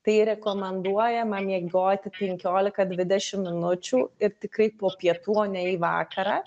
tai rekomenduojama miegoti penkiolika dvidešim minučių ir tikrai po pietų o ne į vakarą